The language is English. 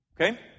Okay